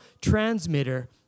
transmitter